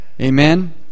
Amen